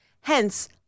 Hence